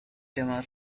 tamar